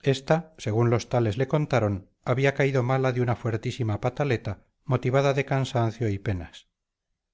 esta según los tales le contaron abía caído mala de una fuertísima pataleta motivada de cansancio y penas